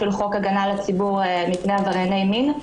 חוק הגנה על הציבור מפני עברייני מין,